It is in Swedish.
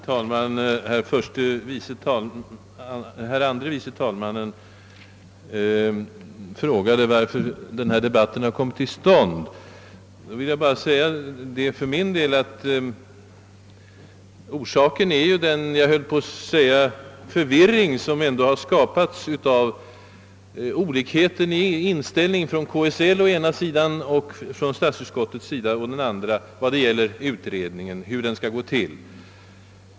Herr talman! Herr andre vice talmannen frågade varför denna debatt kommit till stånd. Jag vill för min del svara att orsaken är den förvirring och osäkerhet — jag tillåter mig använda dessa ord — som ändå skapats genom olikheten i inställning hos å ena sidan KSL och å andra sidan statsutskottet i fråga om hur utredningen skall gå till.